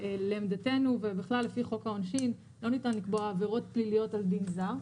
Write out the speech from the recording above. לעמדתנו ובכלל לפי חוק העונשין לא ניתן לקבוע עבירות פליליות על דין זר.